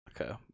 Okay